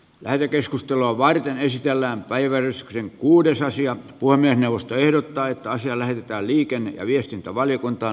lähetekeskustelua varten esitellään waivers kuudessa sia puinen puhemiesneuvosto ehdottaa että asia lähetetään liikenne ja viestintävaliokuntaan